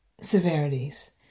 severities